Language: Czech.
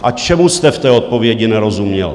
A čemu jste v té odpovědi nerozuměl?